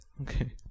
Okay